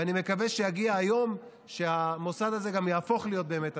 ואני מקווה שיגיע היום שבו המוסד הזה גם יהפוך להיות באמת עצמאי.